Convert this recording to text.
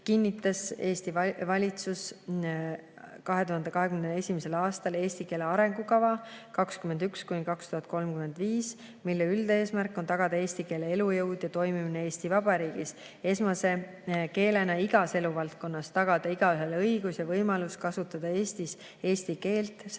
kinnitas Eesti valitsus 2021. aastal "Eesti keele arengukava 2021–2035", mille üldeesmärk on tagada eesti keele elujõud ja toimimine Eesti Vabariigis esmase keelena igas eluvaldkonnas, tagada igaühele õigus ja võimalus kasutada Eestis eesti keelt, säilitada